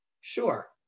sure